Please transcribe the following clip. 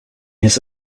his